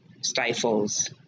stifles